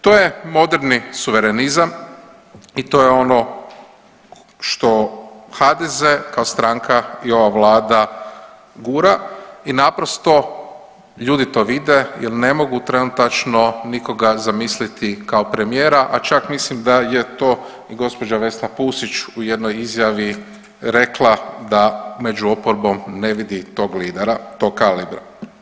To je moderni suverenizam i to je ono što HDZ kao stranka i ova vlada gura i naprosto ljudi to vide jer ne mogu trenutačno nikoga zamisliti kao premijera, a čak mislim da je to i gospođa Vesna Pusić u jednoj izjavi rekla da među oporbom ne vidi tog lidera tog kalibra.